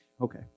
Okay